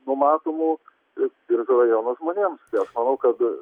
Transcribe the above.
numatomų biržų rajono žmonėms tai aš manau kad